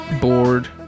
bored